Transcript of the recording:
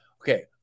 Okay